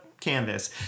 canvas